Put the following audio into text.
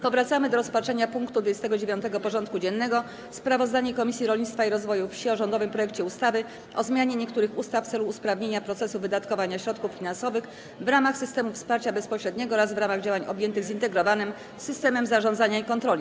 Powracamy do rozpatrzenia punktu 29. porządku dziennego: Sprawozdanie Komisji Rolnictwa i Rozwoju Wsi o rządowym projekcie ustawy o zmianie niektórych ustaw w celu usprawnienia procesu wydatkowania środków finansowych w ramach systemów wsparcia bezpośredniego oraz w ramach działań objętych zintegrowanym systemem zarządzania i kontroli.